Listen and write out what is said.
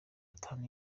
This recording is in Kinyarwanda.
atanu